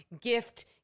gift